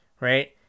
Right